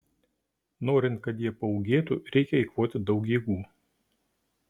norint kad jie paūgėtų reikia eikvoti daug jėgų